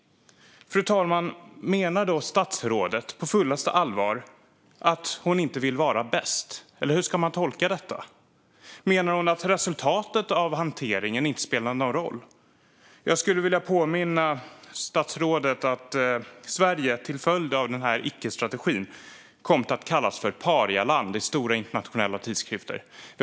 Menar då statsrådet på fullaste allvar att hon inte vill vara bäst, eller hur ska man tolka detta? Menar hon att resultatet av hanteringen inte spelar någon roll? Jag skulle vilja påminna statsrådet om att Sverige till följd av den här icke-strategin kommit att kallas för "parialand" i stora internationella tidskrifter.